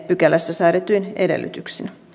pykälässä säädetyin edellytyksin